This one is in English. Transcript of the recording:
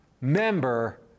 member